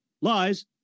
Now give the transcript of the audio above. lies